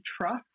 trust